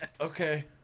Okay